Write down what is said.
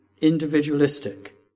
individualistic